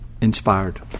inspired